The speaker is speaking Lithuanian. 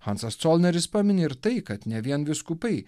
hansas colneris pamini ir tai kad ne vien vyskupai